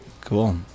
cool